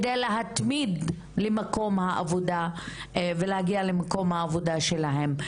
על מנת להתמיד ולהגיע למקום העבודה שלהן.